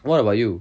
what about you